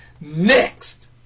Next